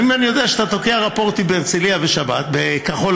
ואם אני יודע שאתה תוקע רפורטים בהרצליה בשבת בכחול-לבן,